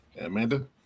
Amanda